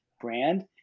brand